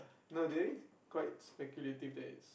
no already quite speculative that it's